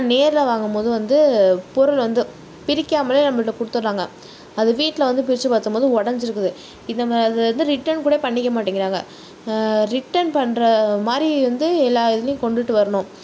ஆனால் நேரில் வாங்கும் போது வந்து பொருள் வந்து பிரிக்காமலேயே நம்மகிட்ட குடுத்தடறாங்க அது வீட்டில் வந்து பிரிச்சு பார்த்தம்போது ஒடஞ்சு இருக்குது இதை வந்து ரிட்டர்ன் கூட பண்ணிக்க மாட்டேக்கிறாங்க ரிட்டர்ன் பண்ணுற மாதிரி எல்லா இதுலையும் கொண்டுகிட்டு வரணும்